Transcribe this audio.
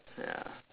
ya